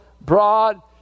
broad